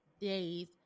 days